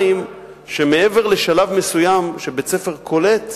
שמעבר לשלב מסוים שבית-ספר קולט,